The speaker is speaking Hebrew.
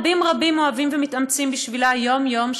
רבים רבים אוהבים ומתאמצים בשבילה יום-יום,